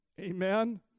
Amen